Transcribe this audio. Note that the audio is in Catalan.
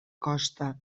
costa